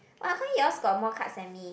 how come yours got more cards than me